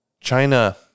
China